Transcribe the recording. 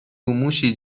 موشی